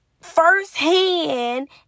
firsthand